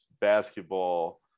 basketball